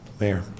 Mayor